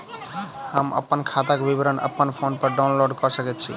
हम अप्पन खाताक विवरण अप्पन फोन पर डाउनलोड कऽ सकैत छी?